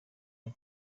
ari